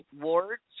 wards